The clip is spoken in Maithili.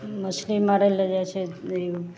मछली मारैलए जाइ छै ई